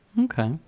Okay